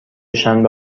شنبه